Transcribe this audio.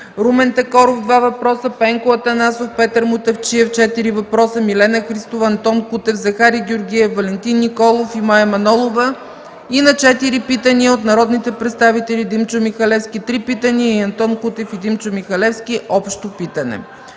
Румен Такоров – 2 въпроса, Пенко Атанасов, Петър Мутафчиев – 4 въпроса, Милена Христова, Антон Кутев, Захари Георгиев, Валентин Николов, и Мая Манолова и на 4 питания от народните представители Димчо Михалевски – 3 питания, и Антон Кутев и Димчо Михалевски – общо питане